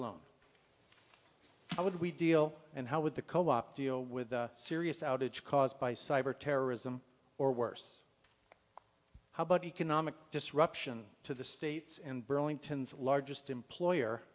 alone how would we deal and how would the co op deal with the serious outage caused by cyber terrorism or worse how about economic disruption to the states and burlington's largest employer